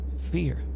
Fear